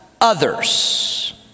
others